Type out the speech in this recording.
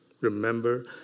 Remember